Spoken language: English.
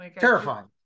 terrifying